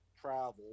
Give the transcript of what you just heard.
travel